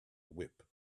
whip